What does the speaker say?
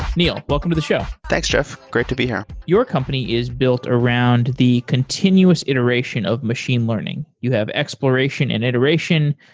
neil, welcome to the show. thanks, jeff. great to be here. your company is built around the continuous iteration of machine learning. you have exploration and iteration,